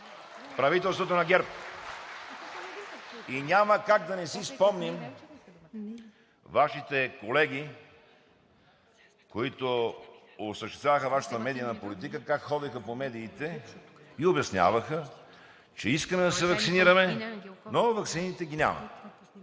Правителството на ГЕРБ! Няма как да не си спомним за Вашите колеги, които осъществяваха Вашата медийна политика, как ходеха по медиите и обясняваха, че искаме да се ваксинираме, но ваксините ги няма.